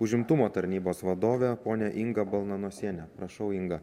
užimtumo tarnybos vadovę ponią ingą balnanosienę prašau inga